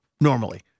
normally